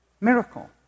miracle